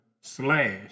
slash